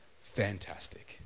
fantastic